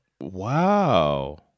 Wow